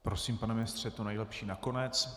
Prosím, pane ministře, to nejlepší nakonec.